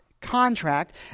contract